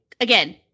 Again